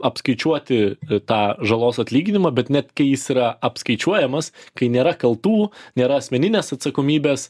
apskaičiuoti tą žalos atlyginimą bet net kai jis yra apskaičiuojamas kai nėra kaltų nėra asmeninės atsakomybės